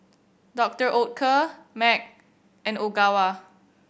Doctor Oetker Mac and Ogawa